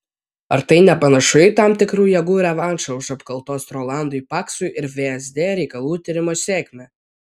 ar tai nepanašu į tam tikrų jėgų revanšą už apkaltos rolandui paksui ir vsd reikalų tyrimo sėkmę